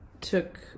took